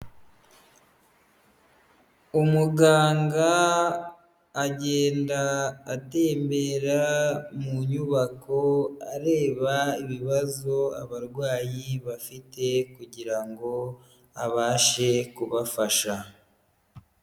Umuganga agenda atembera mu nyubako, areba ibibazo abarwayi bafite kugira ngo abashe kubafasha.